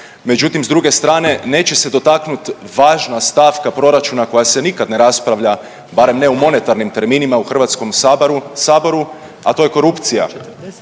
međutim s druge strane neće se dotaknuti važna stavka proračuna koja se nikad ne raspravlja barem ne u monetarnim terminima u Hrvatskom saboru, a to je korupcija.